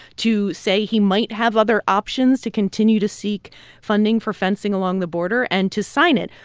to say he might have other options to continue to seek funding for fencing along the border and to sign it.